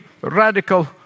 radical